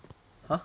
!huh!